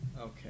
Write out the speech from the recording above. okay